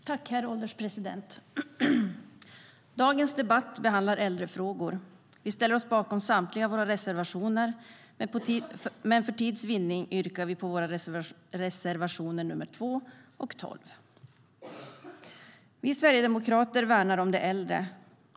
Vi sverigedemokrater värnar om de äldre.